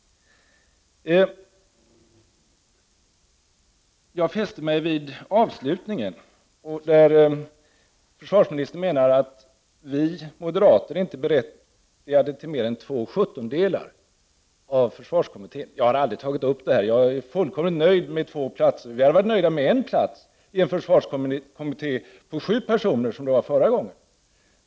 Jag fäste mig vid avslutningen, där försvarsministern menar att vi moderater inte är berättigade till mer än två sjuttondelar av försvarskommittén. Jag har aldrig tagit upp detta, jag är fullkomligt nöjd med två platser. Vi hade varit nöjda med en plats i en försvarskommitté på sju personer, som det var förra gången.